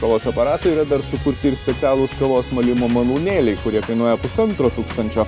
kavos aparatai yra dar sukurti ir specialūs kavos malimo malūnėliai kurie kainuoja pusantro tūkstančio